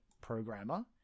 programmer